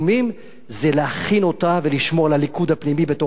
זה להכין אותה ולשמור על הליכוד הפנימי בתוכה.